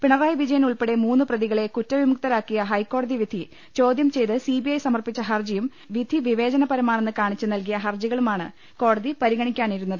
പിണറായി വിജയൻ ഉൾപ്പടെ മൂന്ന് പ്രതികളെ കുറ്റവിമുക്തരാക്കിയ ഹൈക്കോടതി വിധി പ്രോഭ്യം ചെയ്ത് സി ബി ഐ സമർപ്പിച്ച ഹർജിയും വിധി വിവേചനപരമാണെന്ന് കാണിച്ച് നൽകിയ ഹർജികളുമാണ് കോടതി പരിഗണിക്കാനിരുന്നത്